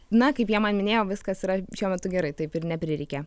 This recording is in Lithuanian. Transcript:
na kaip jie man minėjo viskas yra šiuo metu gerai taip ir neprireikė